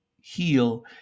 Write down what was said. heal